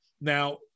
Now